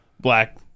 black